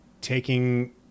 taking